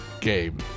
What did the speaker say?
game